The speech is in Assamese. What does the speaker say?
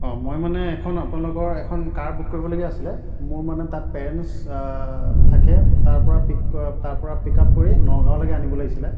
অঁ মই মানে এখন আপোনালোকৰ এখন কাৰ বুক কৰিবলগীয়া আছিলে মোৰ মানে তাত পেৰেণ্টছ থাকে তাৰ পৰা পিক তাৰ পৰা পিক আপ কৰি নগাঁৱলৈকে আনিব লাগিছিলে